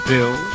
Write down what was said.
Bill